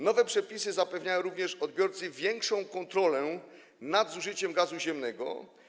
Nowe przepisy zapewniają również odbiorcy większą kontrolę nad zużyciem gazu ziemnego.